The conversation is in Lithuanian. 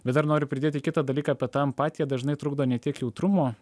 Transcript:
bet dar noriu pridėti kitą dalyką apie tą empatiją dažnai trukdo ne tiek jautrumo